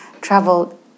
travel